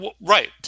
Right